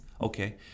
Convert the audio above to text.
okay